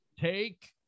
take